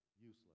Useless